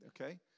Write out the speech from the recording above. Okay